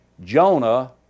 Jonah